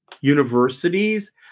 universities